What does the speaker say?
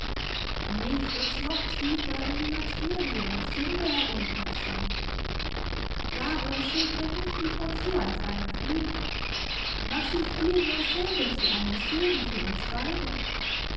nicht uns noch tiefer in die materie und sünde herunterziehen darum schilt mir nicht die tonsur als einen fluch mach sie vielmehr selber zu einem segen für uns beide